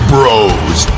Bros